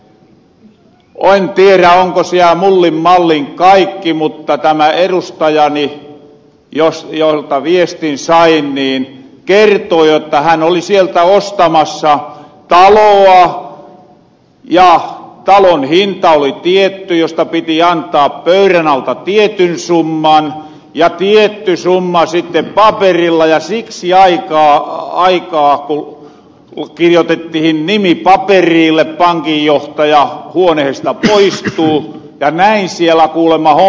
en tierä onko siellä mullin mallin kaikki mutta tämä erustajani jolta viestin sain kertoi jotta hän oli sieltä ostamassa taloa ja talon hinta oli tietty josta piti antaa pöyrän alta tietty summa ja tietty summa sitten paperilla ja siksi aikaa kun kirjoitettihin nimi paperille pankinjohtaja huonehesta poistui ja näin siellä kuulemma homma pelaa